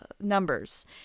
numbers